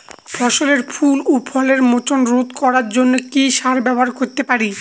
ফসলের ফুল ও ফলের মোচন রোধ করার জন্য কি সার ব্যবহার করতে পারি?